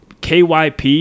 KYP